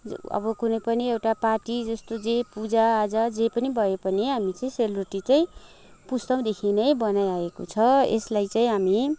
अब कुनै पनि एउटा पार्टी जस्तो जे पुजा आजा जे पनि भए पनि हामी चाहिँ सेलरोटी चाहिँ पुस्तौँदेखि नै बनाइ आएको छ यसलाई चाहिँ हामी